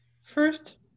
first